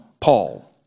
Paul